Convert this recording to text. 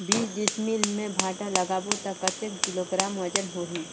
बीस डिसमिल मे भांटा लगाबो ता कतेक किलोग्राम वजन होही?